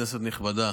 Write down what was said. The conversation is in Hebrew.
כנסת נכבדה,